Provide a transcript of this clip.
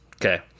Okay